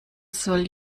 soll